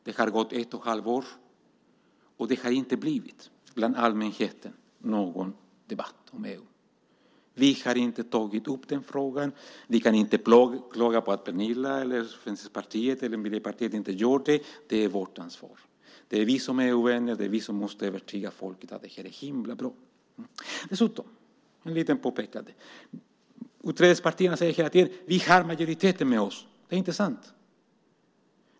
Det har gått ett och ett halvt år, och det har inte blivit någon debatt om EU hos allmänheten. Vi har inte tagit upp den frågan. Vi kan inte klaga på att Pernilla, Vänsterpartiet eller Miljöpartiet inte gjort det. Det är vårt ansvar. Det är vi som är EU-vänner. Det är vi som måste övertyga folket om att det här är himla bra. Dessutom har jag ett litet påpekande. Utträdespartierna säger att de har majoriteten med sig. Det är inte sant.